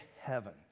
heaven